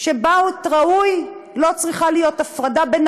שבבית ראוי לא צריכה להיות הפרדה בין